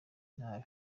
nabi